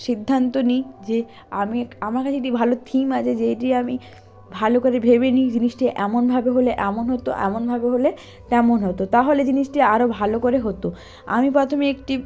সিদ্ধান্ত নিই যে আমি এক আমার কাছে একটি ভালো থিম আছে যেইটি আমি ভালো করে ভেবে নিই জিনিসটি এমনভাবে হলে এমন হতো এমনভাবে হলে তেমন হতো তাহলে জিনিসটি আরও ভালো করে হতো আমি প্রথমে একটি